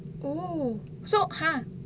!woo! so !huh!